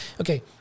okay